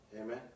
amen